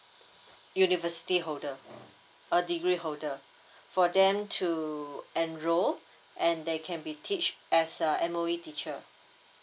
university holder a degree holder for them to enroll and they can be teach as a M_O_E teacher